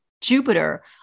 Jupiter